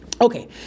Okay